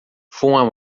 fuma